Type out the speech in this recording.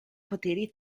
poteri